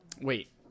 Wait